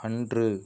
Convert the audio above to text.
அன்று